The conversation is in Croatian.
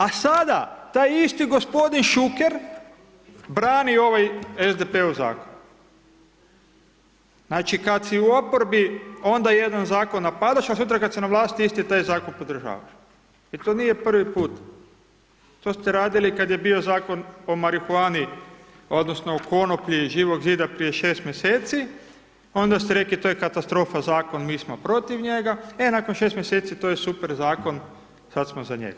A sada, taj isti g. Šuker brani ovaj SDP-ov Zakon, znači, kad si u oporbi onda jedan Zakon napadaš, a sutra kad si na vlasti isti taj Zakon podržavaš, jel to nije prvi put, to ste radili i kad je bio Zakon o marihuani odnosno o konoplji Živog Zida prije 6 mjeseci, onda ste rekli to je katastrofa Zakon, mi smo protiv njega, e. nakon 6 mjeseci, to je super Zakon, sad smo za njega.